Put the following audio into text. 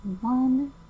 One